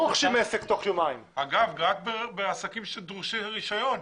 אגב, זה רק בעסקים שדורשים רישיון.